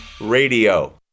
Radio